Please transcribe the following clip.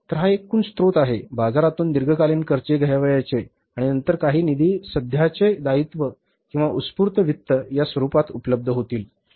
तर हा एकूण स्त्रोत आहे बाजारातून दीर्घकालीन कर्जे घ्यावयाचे आणि नंतर काही निधी सध्याचे दायित्व किंवा उत्स्फूर्त वित्त या स्वरूपात उपलब्ध होतील